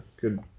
good